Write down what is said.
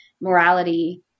morality